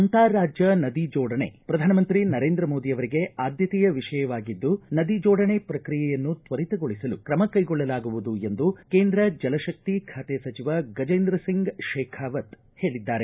ಅಂತಾರಾಜ್ಯ ನದಿ ಜೋಡಣೆ ಪ್ರಧಾನಮಂತ್ರಿ ನರೇಂದ್ರ ಮೋದಿ ಅವರಿಗೆ ಆದ್ಯತೆಯ ವಿಷಯವಾಗಿದ್ದು ನದಿ ಜೋಡಣೆ ಪ್ರಕ್ರಿಯೆಯನ್ನು ತ್ವರಿತಗೊಳಿಸಲು ಕ್ರಮ ಕೈಗೊಳ್ಳಲಾಗುವುದು ಎಂದು ಕೇಂದ್ರ ಜಲಶಕ್ತಿ ಖಾತೆ ಸಚಿವ ಗಜೇಂದ್ರಸಿಂಗ್ ಶೇಖಾವತ್ ಹೇಳಿದ್ದಾರೆ